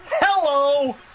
hello